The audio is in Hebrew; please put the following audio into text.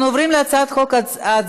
נספחות.] אנחנו עוברים להצעת חוק הצבעה